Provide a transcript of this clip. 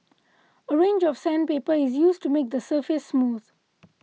a range of sandpaper is used to make the surface smooth